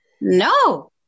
no